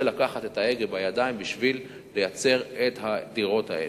לקחת את ההגה בידיים בשביל לייצר את הדירות האלה.